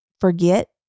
forget